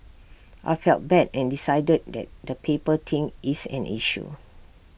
I felt bad and decided that the paper thing is an issue